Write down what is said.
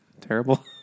Terrible